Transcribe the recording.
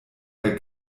der